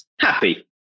Happy